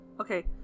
Okay